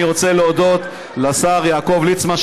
אני רוצה להודות לשר יעקב ליצמן,